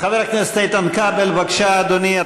חבר הכנסת איתן כבל, בבקשה, אדוני.